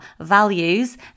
values